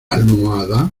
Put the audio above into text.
almohada